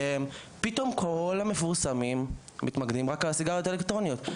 פתאום כל המפורסמים התמקדו רק בסיגריות האלקטרוניות.